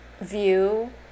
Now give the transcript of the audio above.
view